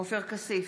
עופר כסיף,